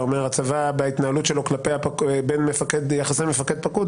אתה אומר שהצבא בהתנהלות שלו בין יחסי מפקד-פקוד,